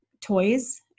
toys